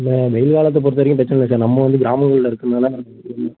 இல்லை வெயில் காலத்தை பொறுத்த வரைக்கும் பிரச்சனை இல்லை சார் நம்ம வந்து கிராமங்களில் இருக்கறனால தெரியும்